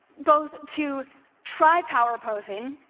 both to try power posing,